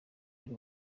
y’u